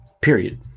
Period